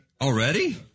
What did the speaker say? Already